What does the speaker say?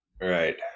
Right